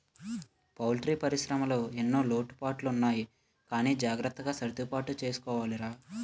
poultry పరిశ్రమలో ఎన్నో లోటుపాట్లు ఉంటాయి గానీ జాగ్రత్తగా సర్దుబాటు చేసుకోవాలిరా